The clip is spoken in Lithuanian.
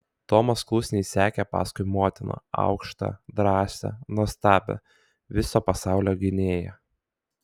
tomas klusniai sekė paskui motiną aukštą drąsią nuostabią viso pasaulio gynėją